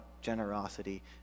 generosity